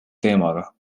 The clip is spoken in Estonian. teemaga